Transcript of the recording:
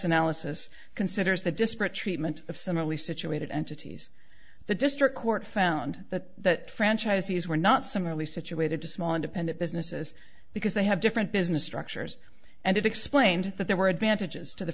analysis considers the disparate treatment of similarly situated entities the district court found that franchisees were not similarly situated to small independent businesses because they have different business structures and explained that there were advantages to the